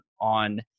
on